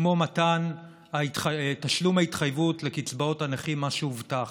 כמו תשלום ההתחייבות לקצבאות הנכים, מה שהובטח,